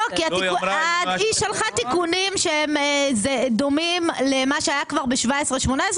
היא שלחה תיקונים שדומים למה שהיה כבר ב-2017 ו-2018,